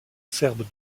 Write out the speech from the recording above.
serbe